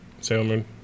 Salmon